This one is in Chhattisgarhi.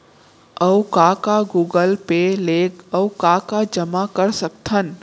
अऊ का का गूगल पे ले अऊ का का जामा कर सकथन?